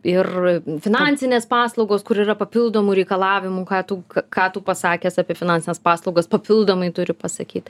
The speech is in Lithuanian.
ir finansinės paslaugos kur yra papildomų reikalavimų ką tu ką tu pasakęs apie finansines paslaugas papildomai turi pasakyti